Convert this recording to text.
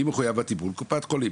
קופת חולים.